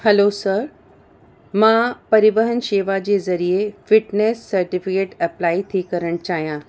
hello sir मां परिवहन शेवा जे ज़रिए फिटनेस सर्टिफिकेट अप्लाई थी करणु चाहियां